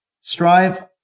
Strive